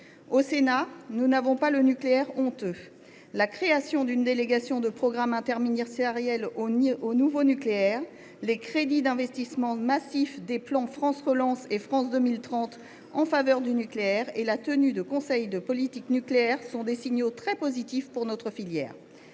Au Sénat, nous n’avons pas le nucléaire honteux. La création d’une délégation de programme interministérielle au nouveau nucléaire, les crédits d’investissement massifs des plans France Relance et France 2030 en faveur du nucléaire et la tenue de conseils de politique nucléaire sont des signaux très positifs pour notre filière.